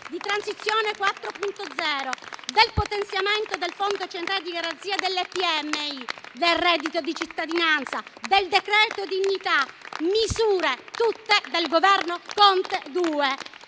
di Transizione 4.0, del potenziamento del Fondo centrale di garanzia delle PMI, del reddito di cittadinanza e del decreto-legge dignità, tutte misure del Governo Conte II.